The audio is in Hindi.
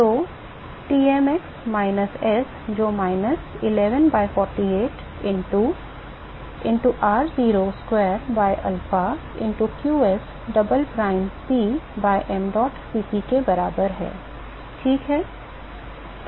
तो Tmx minus s जो minus 11 by 48 into into r0 square by alpha into qs double prime P by mdot Cp के बराबर है ठीक है